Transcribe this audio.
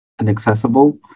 inaccessible